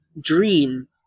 dream